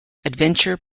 adventure